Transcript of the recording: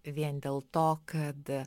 vien dėl to kad